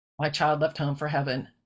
mychildlefthomeforheaven